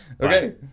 Okay